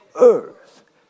earth